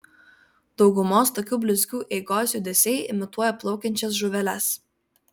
daugumos tokių blizgių eigos judesiai imituoja plaukiančias žuveles